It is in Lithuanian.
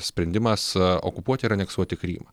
sprendimas okupuoti ir aneksuoti krymą